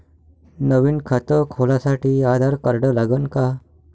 नवीन खात खोलासाठी आधार कार्ड लागन का?